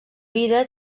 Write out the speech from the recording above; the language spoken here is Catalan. vida